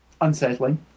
unsettling